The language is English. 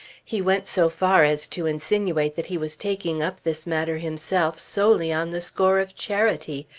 he went so far as to insinuate that he was taking up this matter himself solely on the score of charity,